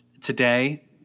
today